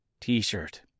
t-shirt